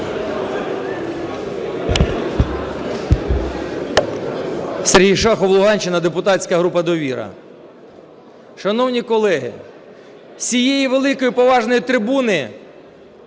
Сергій Шахов, Луганщина, депутатська група "Довіра". Шановні колеги, з цієї великої поважної трибуни